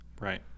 right